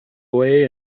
away